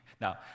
Now